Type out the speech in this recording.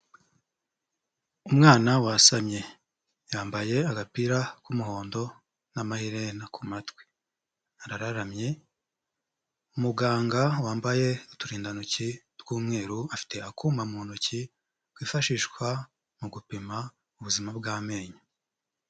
Umwana wasamye, yambaye agapira k'umuhondo n'amaherena ku matwi, arararamye; muganga wambaye uturindantoki tw'umweru, afite akuma mu ntoki kifashishwa mu gupima ubuzima bw'amenyo.